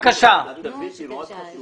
התווית היא מאוד חשובה.